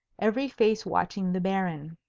every face watching the baron.